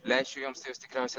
leisčiau joms tai jos tikriausia